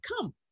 come